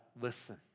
listen